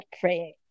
praying